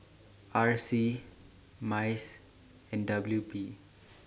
R C Mice and W P